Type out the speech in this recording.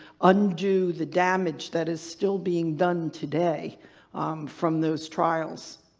undo the damage that is still being done today from those trials.